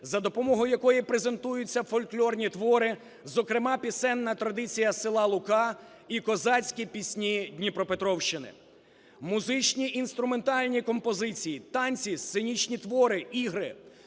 за допомогою якої презентуються фольклорні твори, зокрема пісенна традиція села Лука і козацькі пісні Дніпропетровщини. Музичні інструментальні композиції, танці, сценічні твори, ігри.